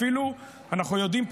אנחנו יודעים,